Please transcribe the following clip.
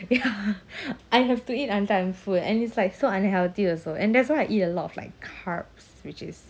ya I have to eat until I'm full and it's like so unhealthy also and that's why I eat a lot of like carbs which is